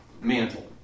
Mantle